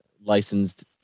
licensed